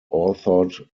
authored